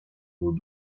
eau